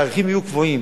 התאריכים יהיו קבועים.